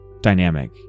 dynamic